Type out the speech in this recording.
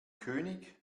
könig